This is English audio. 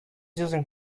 using